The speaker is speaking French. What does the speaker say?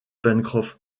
pencroff